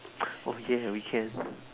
oh ya we can